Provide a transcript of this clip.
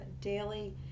daily